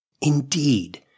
Indeed